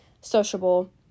sociable